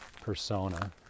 persona